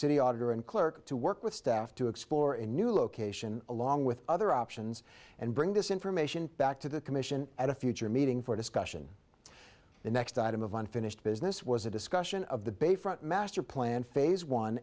city auditor and clerk to work with staff to explore a new location along with other options and bring this information back to the commission at a future meeting for discussion the next item of unfinished business was a discussion of the bayfront master plan phase one